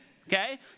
Okay